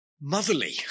motherly